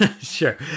sure